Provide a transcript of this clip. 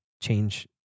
change